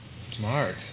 smart